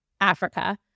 africa